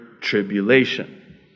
tribulation